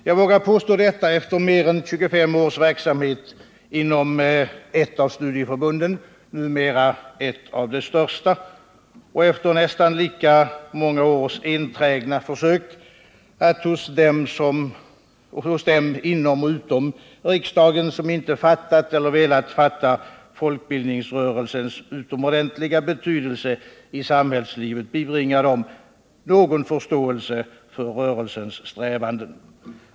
Jag vågar påstå detta efter mer än 25 års verksamhet inom ett av studieförbunden, numera ett av de största, och efter nästan lika många års enträgna försök att hos dem inom och utom riksdagen som icke fattat eller velat fatta folkbildningsrörelsens utomordentliga betydelse i samhällslivet bibringa någon förståelse för rörelsens strävanden.